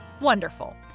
Wonderful